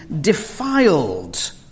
defiled